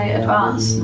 advance